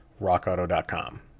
RockAuto.com